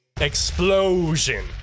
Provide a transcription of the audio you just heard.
explosion